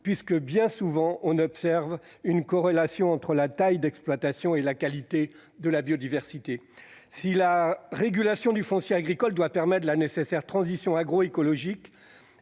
puisque, bien souvent, on observe une corrélation entre la taille d'exploitation et la qualité de la biodiversité. Si la régulation du foncier agricole doit permettre la nécessaire transition agroécologique,